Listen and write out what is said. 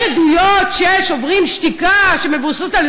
יש עדויות של "שוברים שתיקה" שמבוססות על,